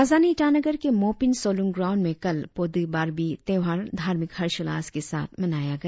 राजधानी ईटानगर के मोपिन सोलूंग ग्राऊण्ड में कल पोदी बारबी त्योहार धार्मिक हर्षोल्लास के साथ मनाया गया